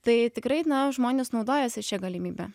tai tikrai žmonės naudojasi šia galimybe